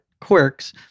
quirks